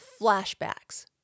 flashbacks